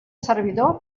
servidor